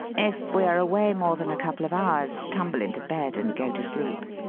if we are away more than a couple of hours, tumble into bed and go to sleep.